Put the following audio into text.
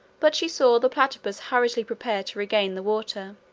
but she saw the platypus hurriedly prepare to regain the water.